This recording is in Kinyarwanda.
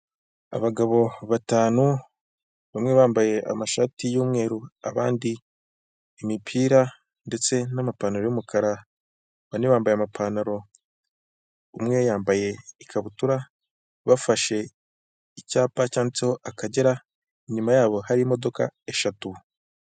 Abagabo batanu, bamwe bambaye amashati yu'mweru abandi imipira ndetse n'amapantaro y'umukara, bane bambaye amapantaro, umwe yambaye ikabutura, bafashe icyapa cyanditseho akagera inyuma yabo hari imodoka eshatu.